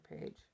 page